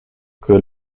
que